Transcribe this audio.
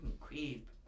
creep